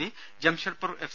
C Jamshedpur F